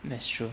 that's true